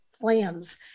plans